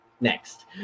Next